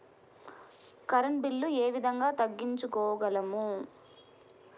Current bill ఏ విధంగా తగ్గించుకోగలము?